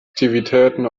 aktivitäten